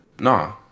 Nah